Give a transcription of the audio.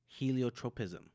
heliotropism